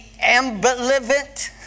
ambivalent